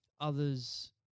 others